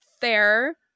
Fair